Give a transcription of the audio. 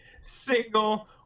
single